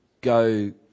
go